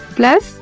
plus